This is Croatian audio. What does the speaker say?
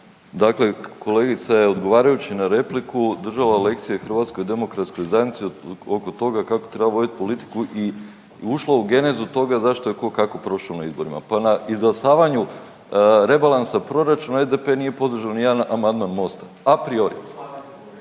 dakle kolegica je odgovarajući na repliku, držala lekcije HDZ-u oko toga treba vodit politiku i ušla u genezu toga zašto je ko kako prošao na izborima. Pa na izglasavanju rebalansa proračuna, SDP nije podržao nijedan amandman Mosta, apriori.